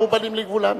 ושבו בנים לגבולם.